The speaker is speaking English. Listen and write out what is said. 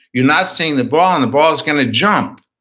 you're not seeing the ball and the ball is going to jump.